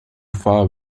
far